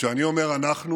כשאני אומר "אנחנו"